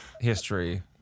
history